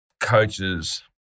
coaches